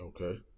Okay